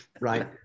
Right